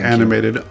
Animated